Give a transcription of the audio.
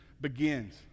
begins